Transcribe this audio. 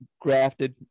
grafted